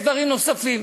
יש דברים נוספים